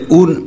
un